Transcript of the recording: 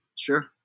Sure